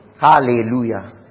Hallelujah